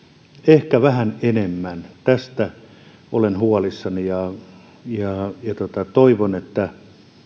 ehkä vähän enemmän tästä olen huolissani ja toivon että